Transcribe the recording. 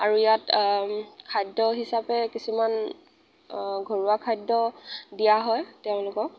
আৰু ইয়াত খাদ্য হিচাপে কিছুমান ঘৰুৱা খাদ্য দিয়া হয় তেওঁলোকক